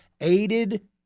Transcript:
aided